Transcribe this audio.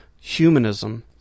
humanism